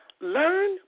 Learn